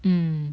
mm